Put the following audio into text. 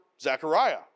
Zechariah